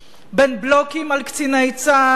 בין בלוקים על קציני צה"ל,